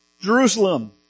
Jerusalem